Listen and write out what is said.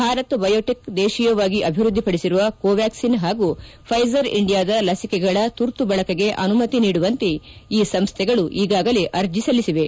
Bharat biotech ದೇಶೀಯವಾಗಿ ಅಭಿವೃದ್ಧಿಪಡಿಸಿರುವ ಕೋವ್ಚಾಕ್ಲಿನ್ ಹಾಗೂ ಫೈಜರ್ ಇಂಡಿಯಾದ ಲಸಿಕೆಗಳ ತುರ್ತು ಬಳಕೆಗೆ ಅನುಮತಿ ನೀಡುವಂತೆ ಈ ಸಂಸ್ಥೆಗಳು ಈಗಾಗಲೇ ಅರ್ಜಿ ಸಲ್ಲಿಸಿವೆ